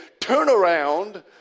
Turnaround